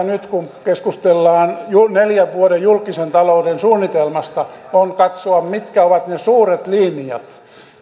nyt kun keskustellaan julkisen talouden neljän vuoden suunnitelmasta on katsoa mitkä ovat ne suuret linjat